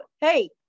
hey